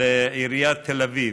לעיריית תל אביב.